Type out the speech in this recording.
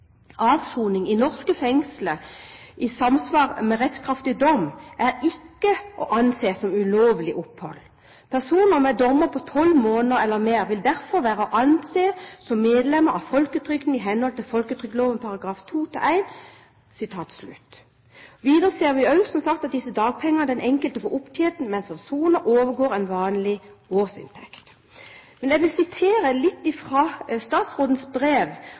«Avsoning i norske fengsler i samsvar med rettskraftig dom er ikke å anse som ulovlig opphold. Personer med dommer på 12 måneder eller mer vil derfor være å anse som medlemmer av folketrygden i henhold folketrygdloven paragraf 2-1.» Videre ser vi også, som sagt, at dagpenger som den enkelte opptjener mens han soner, overgår en vanlig årsinntekt. Jeg vil sitere litt fra statsrådens brev,